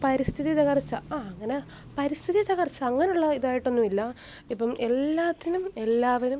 പരിസ്ഥിതി തകർച്ച അങ്ങനെ പരിസ്ഥിതി തകർച്ച അങ്ങനുള്ളയിതായിട്ടൊന്നും ഇല്ല ഇപ്പം എല്ലാത്തിനും എല്ലാവരും